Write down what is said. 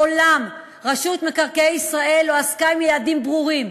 מעולם רשות מקרקעי ישראל לא עסקה בנושא עם יעדים ברורים.